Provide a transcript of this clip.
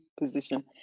position